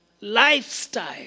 lifestyle